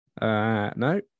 No